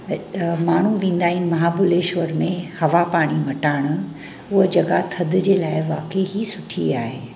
माण्हूं वेंदा आहिनि महाबलेश्वर में हवा पाणी मटणि हूअ जॻह थदि जे लाइ वाकही सुठी आहे